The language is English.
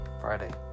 friday